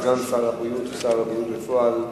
סגן שר הבריאות ושר הבריאות בפועל,